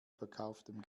verkauftem